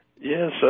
Yes